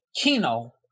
Kino